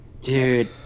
Dude